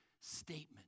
statement